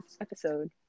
episode